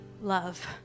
love